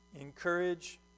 encourage